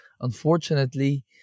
unfortunately